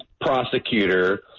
prosecutor